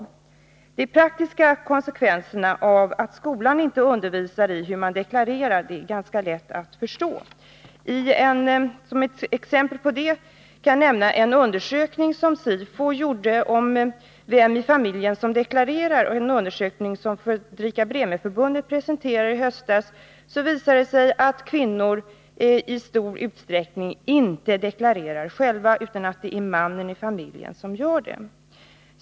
Vilka de praktiska konsekvenserna blir av att skolan inte undervisar i hur man deklarerar är det ganska lätt att förstå. Som exempel på det kan jag nämna en undersökning som SIFO gjorde om vem i familjen som deklarerar, och en undersökning som Fredrika Bremerförbundet presenterade i höstas visar att kvinnor i stor utsträckning inte deklarerar själva, utan att det är mannen i familjen som gör det.